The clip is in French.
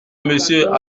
monsieur